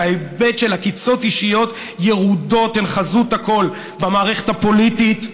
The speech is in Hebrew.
וההיבט של עקיצות אישיות ירודות הן חזות הכול במערכת הפוליטית,